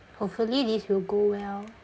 hopefully this will go well